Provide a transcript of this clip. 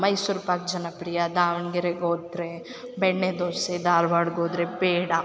ಆ ಮೈಸೂರ್ಪಾಕ್ ಜನಪ್ರಿಯ ದಾವಣ್ಗೆರೆಗೆ ಹೋದ್ರೆ ಬೆಣ್ಣೆ ದೋಸೆ ಧಾರ್ವಾಡಗ್ ಹೋದ್ರೆ ಪೇಡ